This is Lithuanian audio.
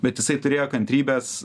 bet jisai turėjo kantrybės